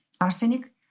arsenic